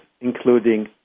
including